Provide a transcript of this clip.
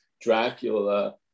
Dracula